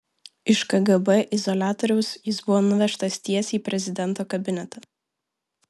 iš kgb izoliatoriaus jis buvo nuvežtas tiesiai į prezidento kabinetą